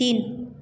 तीन